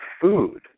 food